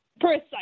Precisely